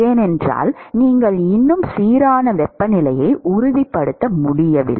ஏனென்றால் நீங்கள் இன்னும் சீரான வெப்பநிலையை உறுதிப்படுத்த முடியாது